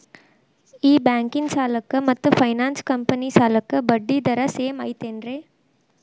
ಈ ಬ್ಯಾಂಕಿನ ಸಾಲಕ್ಕ ಮತ್ತ ಫೈನಾನ್ಸ್ ಕಂಪನಿ ಸಾಲಕ್ಕ ಬಡ್ಡಿ ದರ ಸೇಮ್ ಐತೇನ್ರೇ?